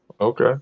Okay